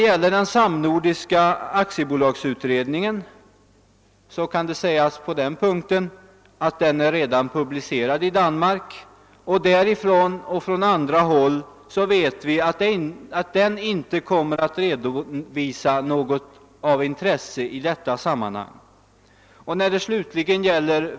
Vad den samnordiska aktiebolagsutredningen beträffar är dess resultat redan publicerat i Danmark, och därifrån liksom från andra håll vet vi att den inte kommer att redovisa något av intresse i detta sammanhang.